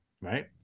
right